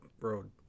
road